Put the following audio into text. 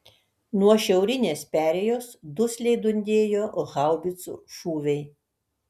nuo šiaurinės perėjos dusliai dundėjo haubicų šūviai